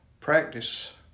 practice